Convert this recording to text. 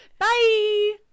Bye